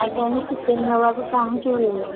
ଆଜ୍ଞା ଆମେ ଚିକେନ୍ ନେବାକୁ ଚାହୁଁଛୁ